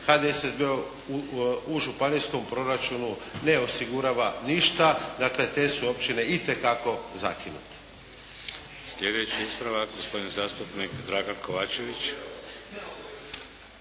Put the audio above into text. HDSSB-u u županijskom proračunu ne osigurava ništa, dakle, te su općine itekako zakinute.